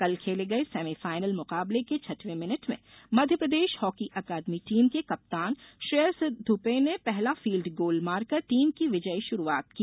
कल खेले गए सेमी फाइनल मुकाबले के छठवें मिनट में मध्यप्रदेश हॉकी अकादमी टीम के कप्तान श्रेयस धुपे ने पहला फील्ड गोल मारकर टीम की विजयी शुरुआत की